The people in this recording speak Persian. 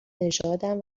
نژادم